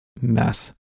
mess